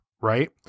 right